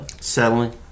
Settling